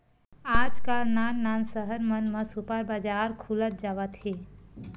आजकाल नान नान सहर मन म सुपर बजार खुलत जावत हे